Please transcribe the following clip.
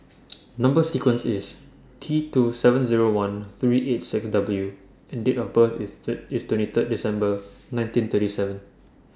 Number sequence IS T two seven Zero one three eight six W and Date of birth IS Sir IS twenty Third December nineteen thirty seven